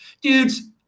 Dudes